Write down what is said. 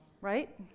right